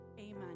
Amen